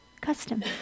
custom